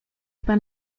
pan